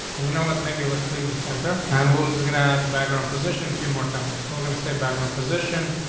and you know what? maybe let's leave the center and we're just gonna add background position a few more times, so we're gonna say back in um position,